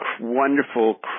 wonderful